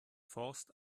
forst